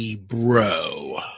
bro